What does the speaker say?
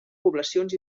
poblacions